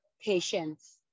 patience